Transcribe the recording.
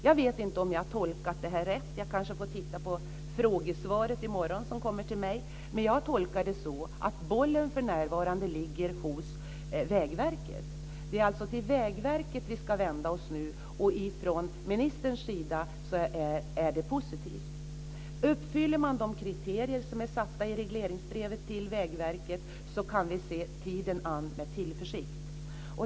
Jag vet inte om jag har tolkat det rätt, men jag får titta på det frågesvar som kommer till mig i morgon. Jag tolkar det så att bollen för närvarande ligger hos Vägverket. Det är alltså till Vägverket vi ska vända oss nu, och från näringsministerns sida är det positivt. Om man uppfyller de kriterier som är satta i regleringsbrevet till Vägverket kan vi se tiden an med tillförsikt.